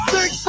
Six